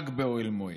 רק באוהל מועד.